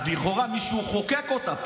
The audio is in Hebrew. לכאורה מישהו חוקק אותה.